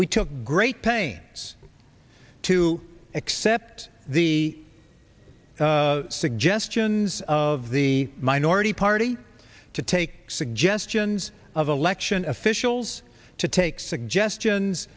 we took great pains to accept the suggestions of the minority party to take suggestions of election officials to take suggestions